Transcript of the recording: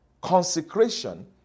Consecration